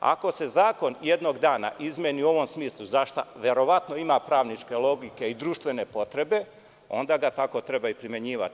Ako se zakon jednog dana izmeni u ovom smislu, za šta verovatno ima pravničke logike i društvene potrebe, onda ga tako treba primenjivati.